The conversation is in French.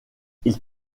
ils